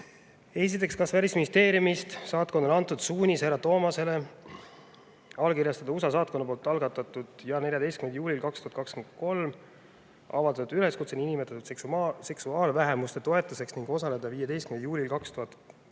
"Kas välisministeeriumist saatkonnale antud suunis hr Toomasele allkirjastada USA saatkonna poolt algatatud ja 14. juulil 2023 avaldatud üleskutse nn seksuaalvähemuste toetuseks ning osaleda 15. juulil 2023